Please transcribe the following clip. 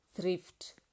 thrift